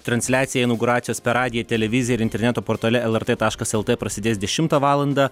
transliacija inauguracijos per radiją televiziją ir interneto portale lrt taškas lt prasidės dešimtą valandą